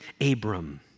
Abram